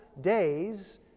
days